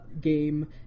game